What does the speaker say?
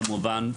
כמובן,